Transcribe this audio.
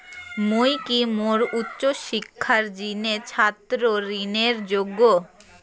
মুই কি মোর উচ্চ শিক্ষার জিনে ছাত্র ঋণের যোগ্য?